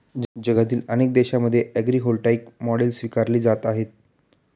जगातील अनेक देशांमध्ये ॲग्रीव्होल्टाईक मॉडेल स्वीकारली जात आहे